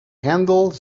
handle